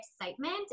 excitement